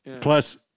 Plus